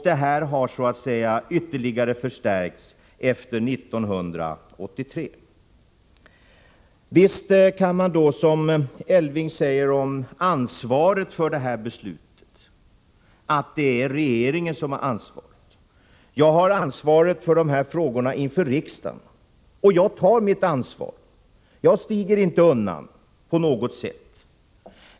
Den nämnda tendensen har ytterligare förstärkts efter 1983. Visst kan man, som Elving Andersson säger, hävda att det är regeringen som har ansvaret. Jag har ansvaret för dessa frågor inför riksdagen, och jag tar mitt ansvar. Jag stiger inte undan på något sätt.